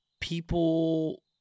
people